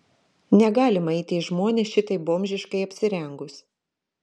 negalima eiti į žmones šitaip bomžiškai apsirengus